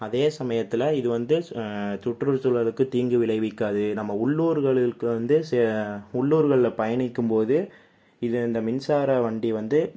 அதே சமயத்தில் இது வந்து சுற்றுச்சூழலுக்கு தீங்கு விளைவிக்காது நம்ம உள்ளூர்களுக்கு வந்து சே உள்ளூர்களில் பயணிக்கும் போது இது அந்த மின்சார வண்டி வந்து